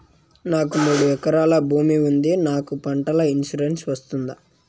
నాకు మూడు ఎకరాలు భూమి ఉంది నాకు పంటల ఇన్సూరెన్సు వస్తుందా?